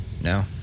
No